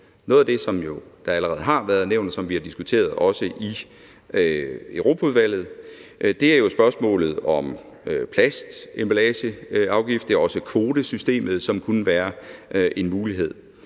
Noget af det, der allerede har været nævnt, som vi har diskuteret, også i Europaudvalget, er jo spørgsmålet om en plastemballageafgift, og det er også kvotesystemet, som kunne være en mulighed.